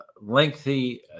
lengthy